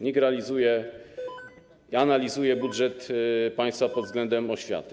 NIK realizuje, analizuje budżet państwa pod względem oświaty.